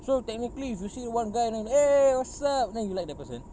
so technically if you see one guy then eh what's up then you like the person